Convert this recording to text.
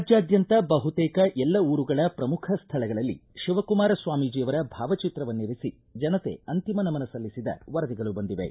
ರಾಜ್ಯಾದ್ಯಂತ ಬಹುತೇಕ ಎಲ್ಲ ಊರುಗಳ ಪ್ರಮುಖ ಸ್ಥಳಗಳಲ್ಲಿ ಶಿವಕುಮಾರ ಸ್ವಾಮೀಜಿಯವರ ಭಾವಚಿತ್ರವನ್ನಿರಿಸಿ ಜನತೆ ಅಂತಿಮ ನಮನ ಸಲ್ಲಿಸಿದ ವರದಿಗಳು ಬಂದಿವೆ